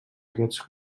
aquests